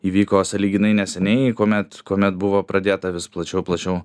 įvyko sąlyginai neseniai kuomet kuomet buvo pradėta vis plačiau plačiau